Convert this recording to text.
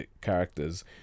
characters